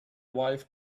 wife